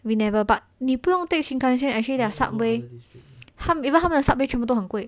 we never but 你不用 take shinkansen actually their subway even 他们的 subway 全部都很贵